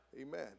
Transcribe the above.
amen